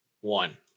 One